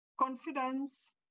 confidence